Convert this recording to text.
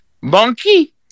Monkey